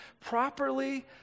properly